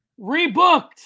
rebooked